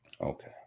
Okay